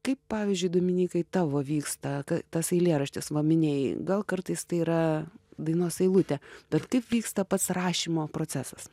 kaip pavyzdžiui dominykai tavo vyksta ka tas eilėraštis va minėjai gal kartais tai yra dainos eilutė bet kaip vyksta pats rašymo procesas